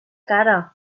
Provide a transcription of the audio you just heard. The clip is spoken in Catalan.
cara